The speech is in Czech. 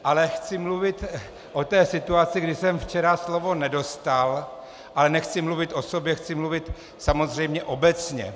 Ale chci mluvit o té situaci, kdy jsem včera slovo nedostal, ale nechci mluvit o sobě, chci mluvit samozřejmě obecně.